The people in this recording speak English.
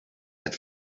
had